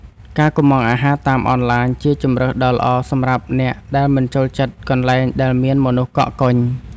ការកុម្ម៉ង់អាហារតាមអនឡាញ ជាជម្រើសដ៏ល្អសម្រាប់អ្នកដែលមិនចូលចិត្តកន្លែងដែលមានមនុស្សកកកុញ។